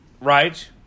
Right